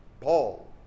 Paul